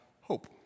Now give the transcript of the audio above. hope